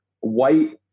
white